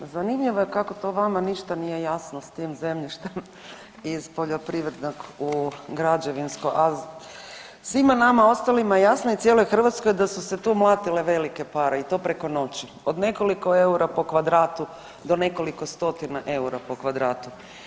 Zanimljivo je kako to vama ništa nije jasno s tim zemljištem iz poljoprivrednog u građevinsko, a svima nama ostalima je jasno i cijeloj Hrvatskoj da su se tu mlatile velike pare i to preko noći, od nekoliko eura po kvadratu do nekoliko stotina eura po kvadratu.